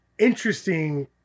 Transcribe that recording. Interesting